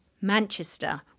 Manchester